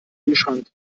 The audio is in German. kühlschrank